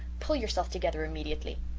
pull yourself together immediately.